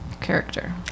character